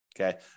okay